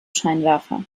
scheinwerfer